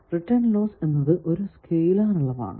return loss എന്നത് ഒരു scalar അളവാണ്